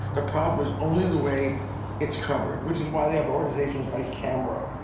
the problem is only the way it's covered, which is why they have organizations like camera,